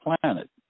planet